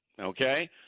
okay